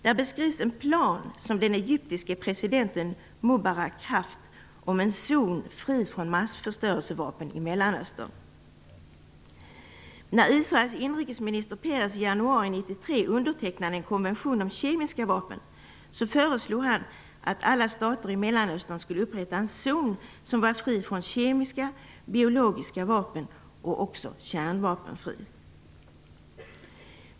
Där beskrivs en plan som den egyptiske presidenten Mubarak haft om en zon fri från massförstörelsevapen i Mellanöstern. När Israels premiärminister Peres i januari 1993 undertecknade en konvention om kemiska vapen föreslog han att alla stater i Mellanöstern skulle upprätta en zon som var fri från kemiska och biologiska vapen och också kärnvapenfri.